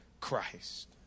Christ